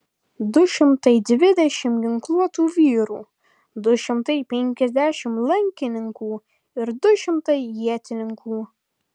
du šimtai dvidešimt ginkluotų vyrų du šimtai penkiasdešimt lankininkų ir du šimtai ietininkų